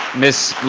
ms.